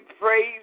praise